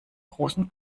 großen